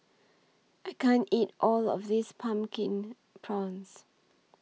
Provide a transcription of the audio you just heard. I can't eat All of This Pumpkin Prawns